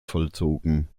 vollzogen